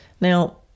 Now